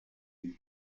den